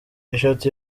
eshatu